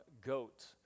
goat